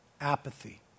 apathy